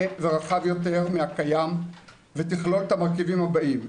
ורחב יותר מהקיים ותכלול את המרכיבים הבאים,